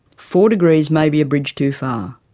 four degrees may be a bridge too far,